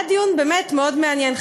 והיה דיון באמת מאוד מעניין.